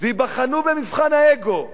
וייבחנו במבחן האגו,